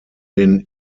den